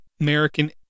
American